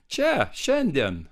čia šiandien